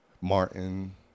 Martin